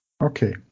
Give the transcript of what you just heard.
Okay